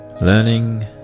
Learning